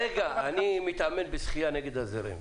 אני מתאמן בשחייה נגד הזרם.